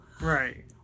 Right